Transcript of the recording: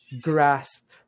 grasp